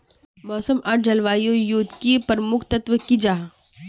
मौसम आर जलवायु युत की प्रमुख तत्व की जाहा?